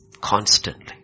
constantly